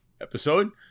episode